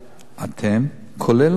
אתם וכולל אני,